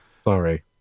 Sorry